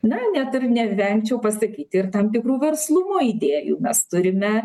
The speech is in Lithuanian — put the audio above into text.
na net ir nevengčiau pasakyti ir tam tikrų verslumo idėjų mes turime